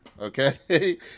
Okay